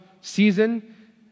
season